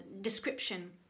description